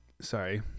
Sorry